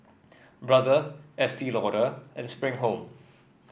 Brother Estee Lauder and Spring Home